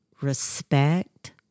respect